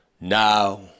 Now